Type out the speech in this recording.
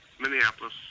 minneapolis